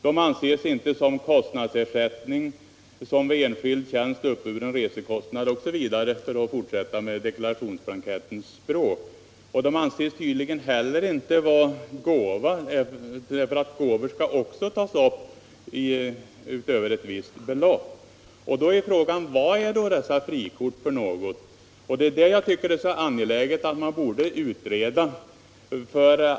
De betraktas inte heller som kostnadsersättning, som vid enskild tjänst uppburen resekostnad, för att fortsätta med deklarationsblankettens språk. Inte heller anses det tydligen vara gåvor, för gåvor utöver ett visst belopp skall också tas upp. Frågan är: Vad är då dessa frikort för något? Jag tycker det är angeläget att utreda det.